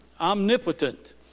omnipotent